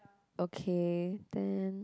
okay then